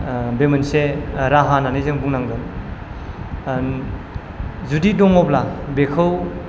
बे मोनसे राहा होन्नानै जों बुंनांगोन जुदि दङ'ब्ला बेखौ